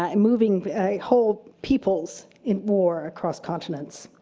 um moving whole peoples in war across continents.